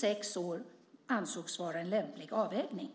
Sex år ansågs vara en lämplig avvägning.